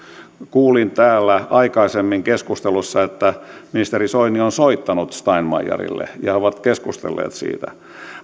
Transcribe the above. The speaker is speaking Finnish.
kuulin täällä aikaisemmin keskusteluissa että ministeri soini on soittanut steinmeierille ja he ovat keskustelleet siitä